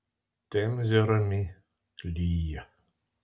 temzė rami lyja